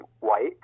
white